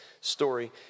story